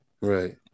right